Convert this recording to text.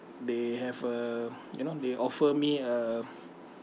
they have uh you know they offer me a